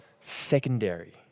secondary